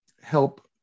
help